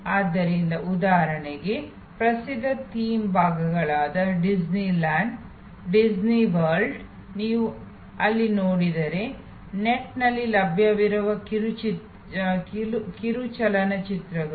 ಆದ್ದರಿಂದ ಉದಾಹರಣೆಗೆ ಪ್ರಸಿದ್ಧ ಥೀಮ್ ಭಾಗಗಳಾದ ಡಿಸ್ನಿ ಲ್ಯಾಂಡ್ ಡಿಸ್ನಿ ವರ್ಲ್ಡ್ ನೀವು ಅಲ್ಲಿ ನೋಡಿದರೆ ನೆಟ್ನಲ್ಲಿ ಲಭ್ಯವಿರುವ ಕಿರು ಚಲನಚಿತ್ರಗಳು